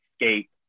escape